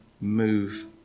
move